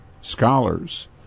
scholars